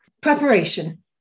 Preparation